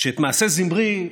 שאת מעשה זמרי,